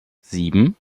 sieben